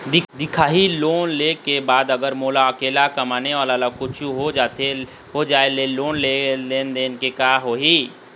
दिखाही लोन ले के बाद अगर मोला अकेला कमाने वाला ला कुछू होथे जाय ले लोन के लेनदेन के का होही?